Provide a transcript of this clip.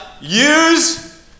use